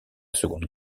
seconde